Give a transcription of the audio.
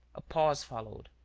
a pause followed.